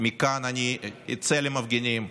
מכאן אני אצא למפגינים,